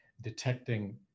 detecting